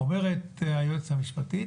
אומרת היועצת המשפטית,